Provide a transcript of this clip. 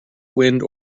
wind